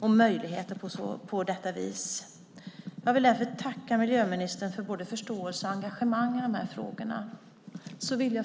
och möjligheter på detta vis. Jag vill därför tacka miljöministern för både förståelse och engagemang i de här frågorna. Fru talman!